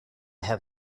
have